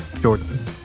jordan